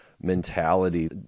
mentality